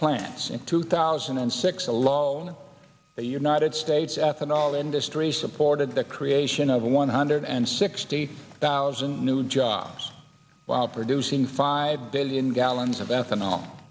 plants in two thousand and six alone the united states ethanol industry supported the creation of one hundred and sixty thousand new jobs while producing five billion gallons of